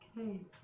Okay